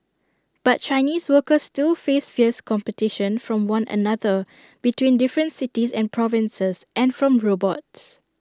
but Chinese workers still face fierce competition from one another between different cities and provinces and from robots